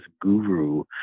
guru